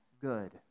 good